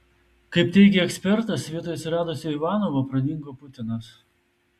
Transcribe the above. kaip teigia ekspertas vietoj atsiradusio ivanovo pradingo putinas